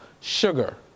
sugar